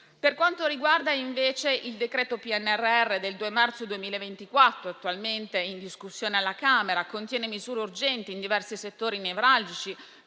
decreto-legge cosiddetto PNRR del 2 marzo 2024, attualmente in discussione alla Camera, contiene misure urgenti in diversi settori nevralgici